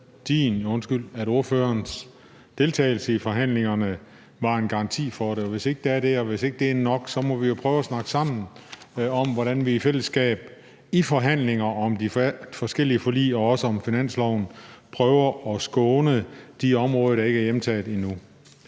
at ordførerens deltagelse i forhandlingerne var en garanti for det. Hvis ikke det er det, og hvis ikke det er nok, så må vi jo prøve at snakke sammen om, hvordan vi i fællesskab i forhandlinger om de forskellige forlig og også om finansloven prøver at skåne de områder, der ikke er hjemtaget endnu.